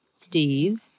Steve